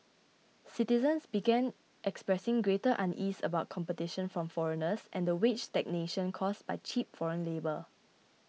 citizens began expressing greater unease about competition from foreigners and the wage stagnation caused by cheap foreign labour